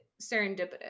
serendipitous